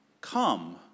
come